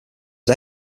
was